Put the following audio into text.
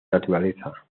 naturaleza